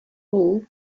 all